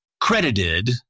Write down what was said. credited